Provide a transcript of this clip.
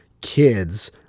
kids